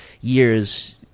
years